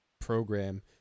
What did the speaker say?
program